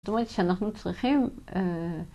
זאת אומרת, שאנחנו צריכים...